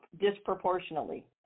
disproportionately